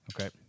okay